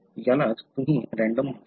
यालाच तुम्ही रँडम म्हणतात